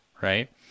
right